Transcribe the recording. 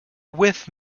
with